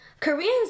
Koreans